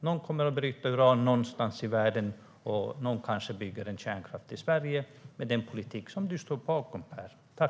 Någon kommer att bryta uran någonstans i världen, och någon kommer kanske att bygga ut kärnkraften i Sverige med den politik som du står bakom, Per.